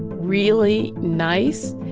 really nice,